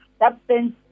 Substance